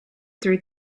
through